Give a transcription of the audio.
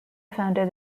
founded